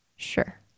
Sure